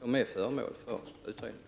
som är föremål för utredning.